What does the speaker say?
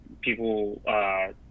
people